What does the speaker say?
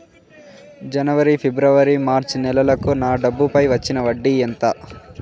జనవరి, ఫిబ్రవరి, మార్చ్ నెలలకు నా డబ్బుపై వచ్చిన వడ్డీ ఎంత